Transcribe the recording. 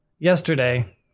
Yesterday